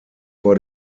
vor